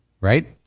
right